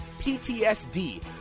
ptsd